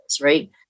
right